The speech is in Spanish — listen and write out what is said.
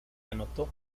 anotó